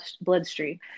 bloodstream